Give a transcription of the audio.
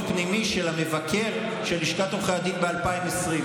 פנימי של המבקר של לשכת עורכי הדין ב-2020.